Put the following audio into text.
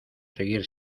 seguir